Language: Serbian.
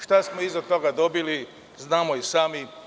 Šta smo iza toga dobili znamo i sami.